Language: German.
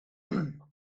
tempomat